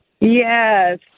Yes